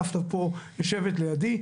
דפנה פה יושבת לידי,